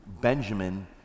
Benjamin